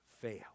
fail